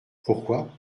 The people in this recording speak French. pourquoi